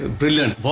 brilliant